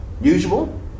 Usual